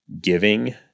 giving